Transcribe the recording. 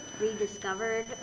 rediscovered